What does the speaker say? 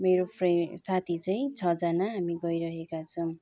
मेरो साथी चाहिँ छजना हामी गइरहेकाछौँ